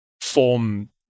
form